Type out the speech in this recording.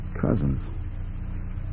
Cousins